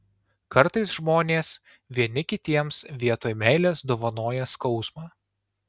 kartais žmonės vieni kitiems vietoj meilės dovanoja skausmą